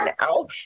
now